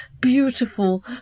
beautiful